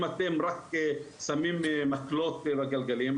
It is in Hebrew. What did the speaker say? אם אתם רק שמים מקלות בגלגלים,